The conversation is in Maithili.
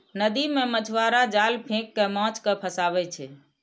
नदी मे मछुआरा जाल फेंक कें माछ कें फंसाबै छै